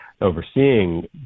overseeing